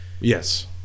Yes